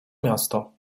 miasto